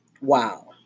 Wow